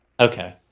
okay